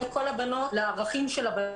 לכל ההורים,